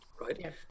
Right